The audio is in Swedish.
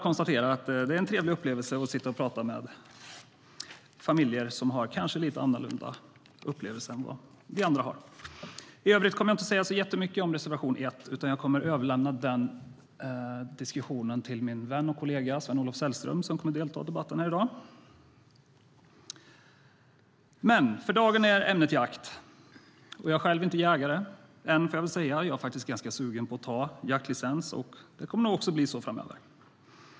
Det är trevligt att sitta och prata med familjer som kanske har lite andra upplevelser än vad vi andra har. I övrigt kommer jag inte att säga så mycket om reservation 1, utan jag kommer att överlämna den diskussionen till min vän och kollega Sven-Olof Sällström, som kommer att delta i debatten här i dag. För dagen är ämnet jakt. Jag är själv inte jägare - än, får jag väl säga, men jag är faktiskt ganska sugen på att skaffa mig jaktlicens, och det kommer nog att bli så framöver.